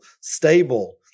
stable